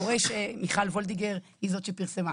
הוא רואה שמיכל וולדיגר היא זאת שפרסמה,